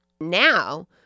Now